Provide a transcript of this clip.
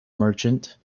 merchant